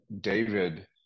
david